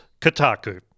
Kotaku